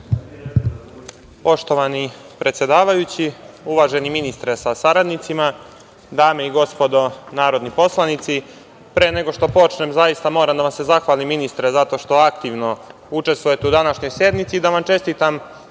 Poštovani predsedavajući, uvaženi ministre sa saradnicima, dame i gospodo narodni poslanici, pre nego što počnem zaista moram da vam se zahvalim, ministre, zato što aktivno učestvujete u današnjoj sednici i da vam čestitam